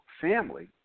family